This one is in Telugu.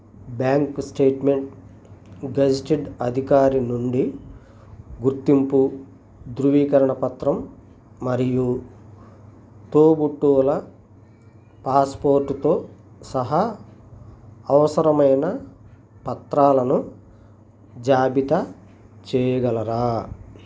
బ్యాంక్ స్టేట్మెంట్ గెజిటెడ్ అధికారి నుండి గుర్తింపు ధృవీకరణ పత్రం మరియు తోబుట్టువుల పాస్పోర్ట్తో సహా అవసరమైన పత్రాలను జాబితా చేయగలరా